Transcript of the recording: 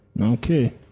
okay